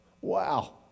Wow